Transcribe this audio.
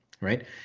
right